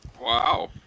Wow